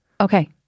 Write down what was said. Okay